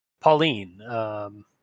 Pauline